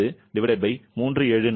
15 374